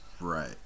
right